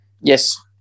Yes